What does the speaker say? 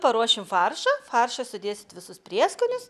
paruošim faršą faršą sudėsit visus prieskonius